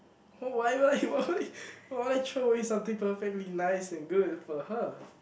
oh why why why why throw away something perfectly nice and good for her